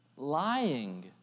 Lying